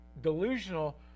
delusional